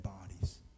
bodies